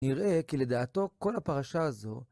נראה כי לדעתו כל הפרשה הזו